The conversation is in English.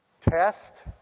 test